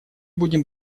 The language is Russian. будем